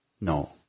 No